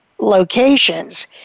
locations